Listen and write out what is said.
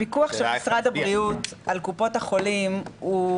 הפעם הבאה שמטופל יכול לעבור קופת חולים זה בקיץ